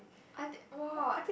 I thi~ !wah!